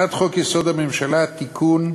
הצעת חוק-יסוד: הממשלה (תיקון)